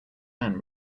man